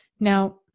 Now